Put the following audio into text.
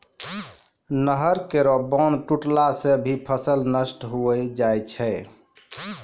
नहर केरो बांध टुटला सें भी फसल नष्ट होय जाय छै